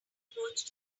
approach